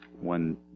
one